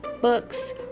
books